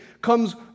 comes